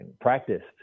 practiced